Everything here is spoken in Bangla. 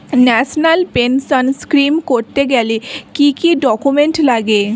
ন্যাশনাল পেনশন স্কিম করতে গেলে কি কি ডকুমেন্ট লাগে?